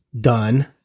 done